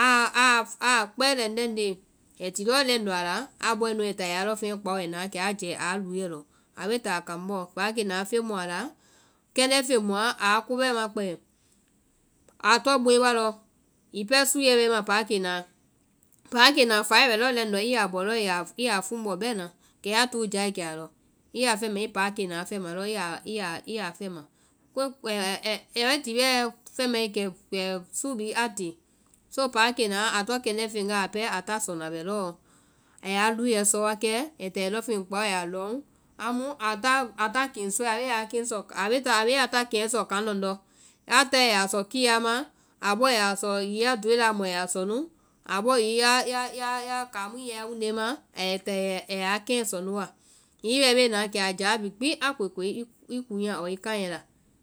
aa kpɛɛ lɛŋ lɛŋ ndee. ai ti lɔɔ lɛŋ ndɔ a la, a bɔe nu ai ta a ya lɔŋfeŋɛ kpao ai na kɛ a jɛɛ a luɛ lɔ. Á be taa kaŋ bɔɔ, páakenaã feŋ mu a la, kɛndɛ́ feŋ mu a la aa ko bɛɛ ma kpɛ. Á tɔŋ boi wa lɔ, hiŋi pɛɛ súu bɛ i ma páakennaã, páakena fae bɛ lɛŋ ndɔ i ya bɔ lɔɔ i yaa fuŋbɔ bɛɛna, kɛ ya túu jae kɛ a lɔ. i ya a fɛma, i páakenaã fɛma lɔɔ, a bee ti lɛɛ fɛmae kɛ súu bhii a te. So páakenaã a tɔŋ kɛndɛ́ feŋ wa a ta sɔna bɛ lɔɔ, a ya luuɛ sɔ wa kɛ, ai ta ai lɔŋfeŋ kpao a ya lɔŋ, amu a ta keŋ sɔɛ, a bee a ta keŋɛ sɔ kaŋ lɔndɔ́. a tae a ya sɔ kiyaa ma. abɔɔ a ya sɔ, hiŋi ya dooe laa mu a ya bɔɔ sɔ nu, abɔ ya kaŋ mu i ya wunde ma ai ta a yaa keŋɛ sɔ nu wa, ya tie bee na kɛ a jáa bee gbi a koekoe i kuŋɛ ɔɔ i kaŋɛ la.